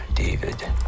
David